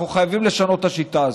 אנחנו חייבים לשנות את השיטה הזו.